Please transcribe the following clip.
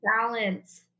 balance